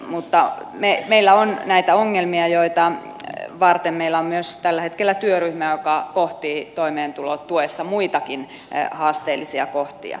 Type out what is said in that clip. mutta meillä on näitä ongelmia joita varten meillä on myös tällä hetkellä työryhmä joka pohtii toimeentulotuessa muitakin haasteellisia kohtia